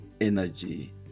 energy